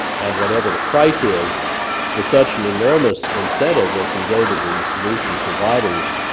and whatever the price is is such an enormous incentive that can go to the solution providers